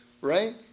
right